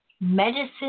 medicine